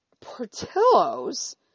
portillo's